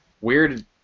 weird